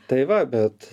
tai va bet